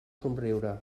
somriure